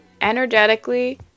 energetically